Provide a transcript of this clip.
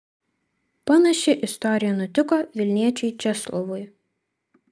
panaši istorija nutiko vilniečiui česlovui